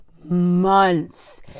months